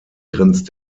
grenzt